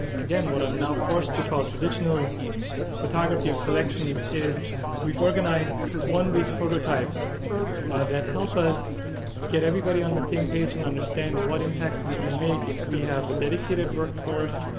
again what i'm now forced to call traditional photography of collections, is we've organized one week prototypes that help us get everybody on the same page and understand what impact we can make if we have a dedicated workforce,